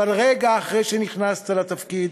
אבל רגע אחרי שנכנסת לתפקיד